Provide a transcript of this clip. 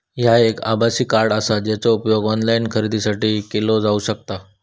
ह्या एक आभासी कार्ड आसा, जेचो उपयोग ऑनलाईन खरेदीसाठी केलो जावक शकता